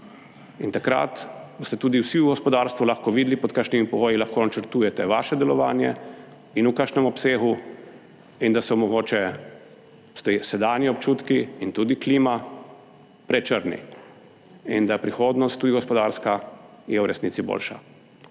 in takrat boste tudi vsi v gospodarstvu lahko videli, pod kakšnimi pogoji lahko načrtujete svoje delovanje in v kakšnem obsegu. In so mogoče sedanji občutki in tudi klima prečrni in da je prihodnost, tudi gospodarska, v resnici boljša.